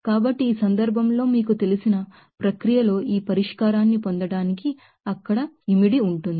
కాబట్టి ఆ సందర్భంలో మీకు తెలిసిన ప్రక్రియలో ఈ పరిష్కారాన్ని పొందడానికి అక్కడ ఇమిడి ఉంటుంది